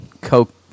Coke